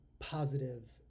positive